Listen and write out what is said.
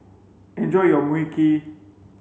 enjoy your Mui Kee